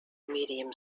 medium